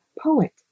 poet